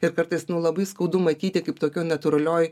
ir kartais labai skaudu matyti kaip tokioj natūralioj